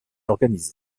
organisé